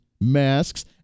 masks